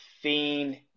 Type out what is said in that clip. Fiend